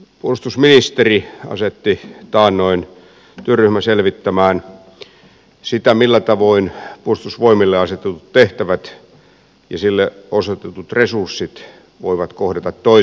puolustusministeri asetti taannoin työryhmän selvittämään sitä millä tavoin puolustusvoimille asetetut tehtävät ja niille osoitetut resurssit voivat kohdata toisensa